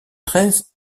treize